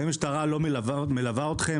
האם משטרה לא מלווה אתכם?